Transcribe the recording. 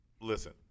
listen